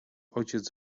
ojciec